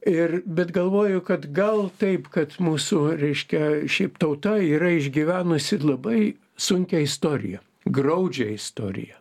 ir bet galvoju kad gal taip kad mūsų reiškia šiaip tauta yra išgyvenusi labai sunkią istoriją graudžią istoriją